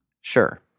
Sure